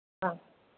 ஆ